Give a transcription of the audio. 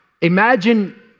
imagine